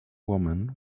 woman